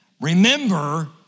Remember